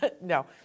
no